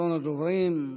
אחרון הדוברים,